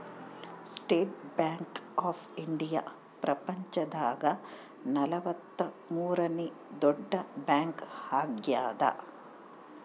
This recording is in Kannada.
ಸ್ಟೇಟ್ ಬ್ಯಾಂಕ್ ಆಫ್ ಇಂಡಿಯಾ ಪ್ರಪಂಚ ದಾಗ ನಲವತ್ತ ಮೂರನೆ ದೊಡ್ಡ ಬ್ಯಾಂಕ್ ಆಗ್ಯಾದ